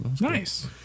Nice